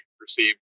received